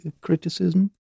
criticism